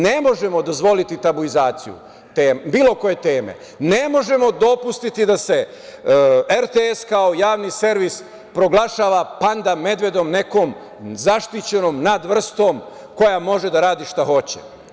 Ne možemo dozvoliti tabuizaciju bilo koje teme, ne možemo dopustiti da se RTS, kao javni servis proglašava „ panda medvedom“, nekom zaštićenom vrstom, koja može da radi šta hoće.